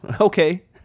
okay